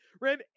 ran